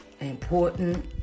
important